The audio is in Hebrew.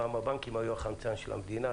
פעם הבנקים היו החמצן של המדינה,